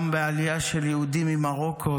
גם בעלייה של יהודים ממרוקו,